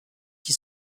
qui